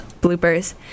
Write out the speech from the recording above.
bloopers